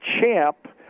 champ